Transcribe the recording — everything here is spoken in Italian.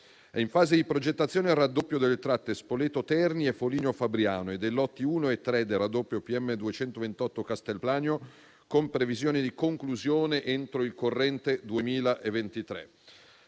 È in fase di progettazione il raddoppio delle tratte Spoleto-Terni e Foligno-Fabriano e dei lotti 1 e 3 del raddoppio PM228-Castelplanio, con previsione di conclusione entro il corrente 2023.